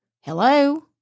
Hello